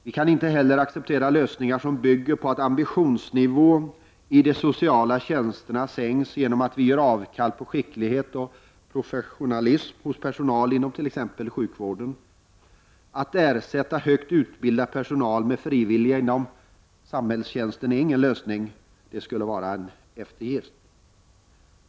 Vi kan inte heller acceptera lösningar som bygger på att ambitionsnivån i fråga om de sociala tjänsterna sänks genom att vi gör avkall på detta med skicklighet och professionalism hos personalen inom t.ex. sjukvården. Att ersätta högt utbildad personal med frivilliga inom ”samhällstjänsten” är inte någon lösning, utan det skulle vara en eftergift.